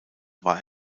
war